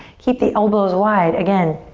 keep the elbows wide. again,